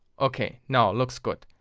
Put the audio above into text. ok now looks good.